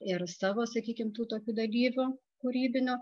ir savo sakykim tų tokių dalyvių kūrybinių